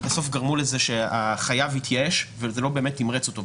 בסוף גרמו לזה שהחייב התייאש וזה לא באמת תמרץ אותו.